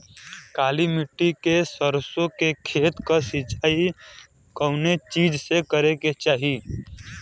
काली मिट्टी के सरसों के खेत क सिंचाई कवने चीज़से करेके चाही?